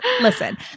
listen